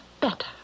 better